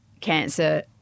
cancer